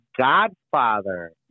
godfather